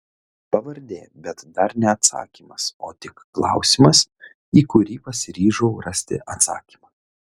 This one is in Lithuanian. pavardė bet dar ne atsakymas o tik klausimas į kurį pasiryžau rasti atsakymą